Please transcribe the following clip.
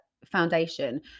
Foundation